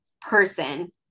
person